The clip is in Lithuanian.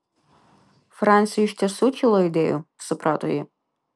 franciui iš tiesų kilo idėjų suprato ji